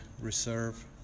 Reserve